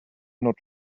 not